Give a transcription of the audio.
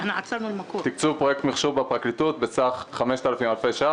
תקצוב פרויקט מחשוב בפרקליטות בסך 5,000 אלפי ש"ח